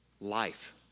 life